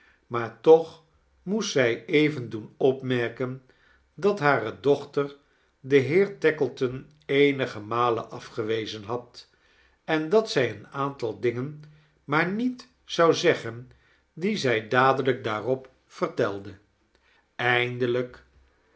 maar toch moest zij even doen opmerken dat hare dochter den heer tackleton eenige malen afgewezen had en dat zij een aantal dingen maar niet zou zeggen die zij dadelijk daarop vertelde eindelijk